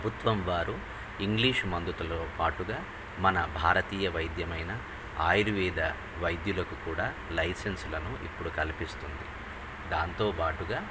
ప్రభుత్వం వారు ఇంగ్లీష్ మందుతులో పాాటుగా మన భారతీయ వైద్యమైన ఆయుర్వేద వైద్యులకు కూడా లైసెన్సులను ఇప్పుడు కల్పిస్తుంది దాంతోబాటుగా